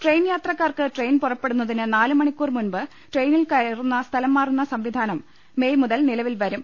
train യാത്രക്കാർക്ക് train പുറപ്പെടുന്നതിന് നാല് മണിക്കൂർ മുൻപ് ട്രെയിനിൽ കയറുന്ന സ്ഥലം മാറ്റുന്ന സംവിധാനം മെയ് മുതൽ നിലവിൽ വരും